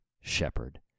shepherd